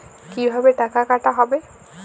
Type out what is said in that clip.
কিভাবে টাকা কাটা হবে?